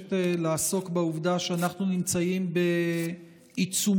מבקשת לעסוק בעובדה שאנחנו נמצאים בעיצומם